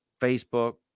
Facebook